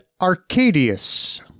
Arcadius